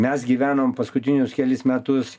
mes gyvenom paskutinius kelis metus